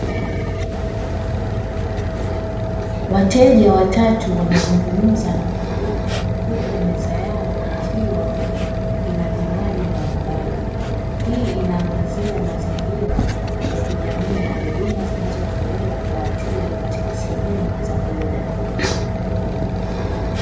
Wateja watatu wanazungumza na muhudumu huku meza yao ikiwa ina vinywaji mbalimbali. Hii inaangazia mazingira ya kijamii na huduma zinazotolewa kwa wateja katika sehemu za burudani.